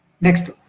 Next